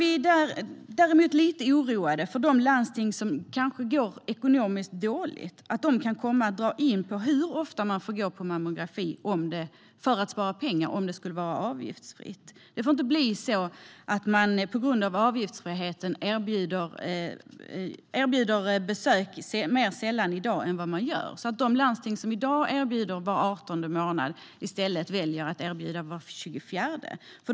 Vi är däremot lite oroade för att de landsting som går ekonomiskt dåligt för att spara pengar kan komma att dra in på hur ofta man får gå på mammografi om det skulle vara avgiftsfritt. Det får inte bli så att mammografibesök på grund av avgiftsfriheten erbjuds mer sällan än i dag, så att de landsting som i dag erbjuder mammografi var 18:e månad i stället väljer att erbjuda det var 24:e månad.